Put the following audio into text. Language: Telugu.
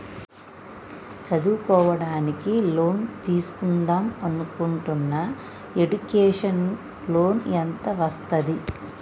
చదువుకోవడానికి లోన్ తీస్కుందాం అనుకుంటున్నా ఎడ్యుకేషన్ లోన్ ఎంత వస్తది?